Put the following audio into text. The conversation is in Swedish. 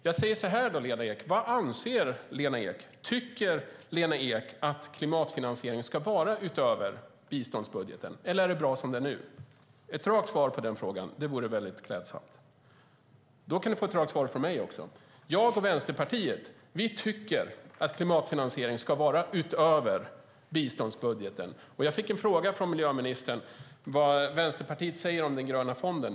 Jag säger så här, Lena Ek: Vad anser Lena Ek? Tycker hon att klimatfinansiering ska vara utöver biståndsbudgeten, eller är det bra som det är nu? Kan jag få ett rakt svar på den frågan? Det vore klädsamt. Då kan ni få ett svar från mig också. Jag och Vänsterpartiet tycker att klimatfinansiering ska vara utöver biståndsbudgeten. Jag fick en fråga från miljöministern om vad Vänsterpartiet säger om den gröna fonden.